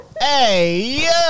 Hey